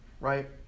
Right